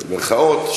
במירכאות,